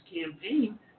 campaign